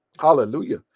Hallelujah